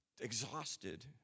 exhausted